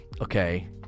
okay